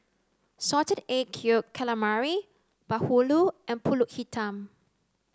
Salted Egg Yolk Calamari Bahulu and Pulut Hitam